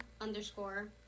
underscore